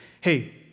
hey